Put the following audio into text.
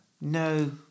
No